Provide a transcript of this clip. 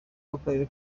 w’akarere